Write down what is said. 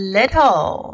Little